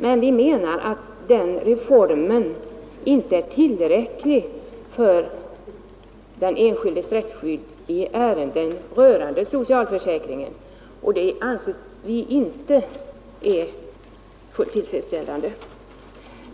Men vi menar att denna reform inte är tillräcklig för den enskildes rättsskydd i ärenden rörande socialförsäkringen, och därför anser vi den inte fullt tillfredsställande.